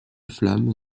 flammes